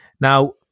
now